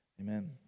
Amen